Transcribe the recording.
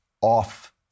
off